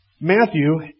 Matthew